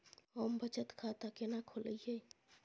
हम बचत खाता केना खोलइयै?